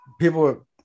people